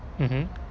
mmhmm